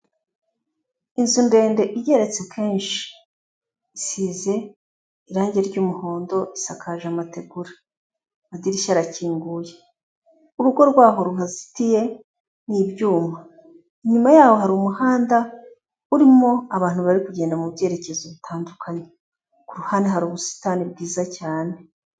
Inzu ndende igeretse kenshi. Isize irangi ry'umuhondo, isakaje amategura, amadirishya arakinguye. Urugo rwaho ruhazitiye ni ibyuma. Inyuma yaho hari umuhanda urimo abantu bari kugenda mu byerekezo bitandukanye. Ku ruhande hari ubusitani bwiza cyane.